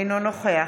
אינו נוכח